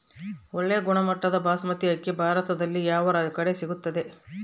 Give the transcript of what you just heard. ಒಳ್ಳೆ ಗುಣಮಟ್ಟದ ಬಾಸ್ಮತಿ ಅಕ್ಕಿ ಭಾರತದಲ್ಲಿ ಯಾವ ಕಡೆ ಸಿಗುತ್ತದೆ?